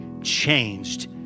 changed